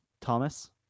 thomas